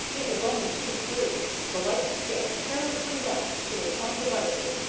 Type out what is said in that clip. it was only too true. the light skiff, carelessly left to its own devices,